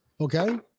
Okay